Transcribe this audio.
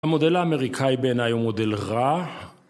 המודל האמריקאי בעיניי הוא מודל רע